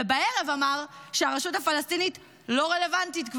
ובערב אמר שהרשות הפלסטינית כבר לא רלוונטית.